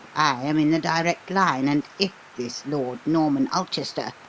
i am in the direct line, and if this lord norman ulchester,